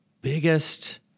biggest